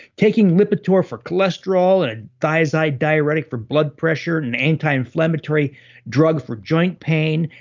taking lipitor for cholesterol and ah thiazide diuretic for blood pressure and and anti-inflammatory drug for joint pain,